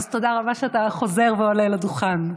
אז תודה רבה שאתה חוזר ועולה לדוכן.